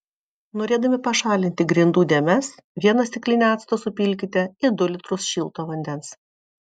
norėdami pašalinti grindų dėmes vieną stiklinę acto supilkite į du litrus šilto vandens